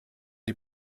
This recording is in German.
die